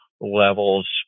levels